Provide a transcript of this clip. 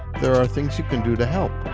there are things you can do to help